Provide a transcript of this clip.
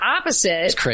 opposite